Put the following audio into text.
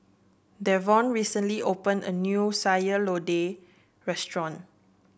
Devon recently opened a new Sayur Lodeh Restaurant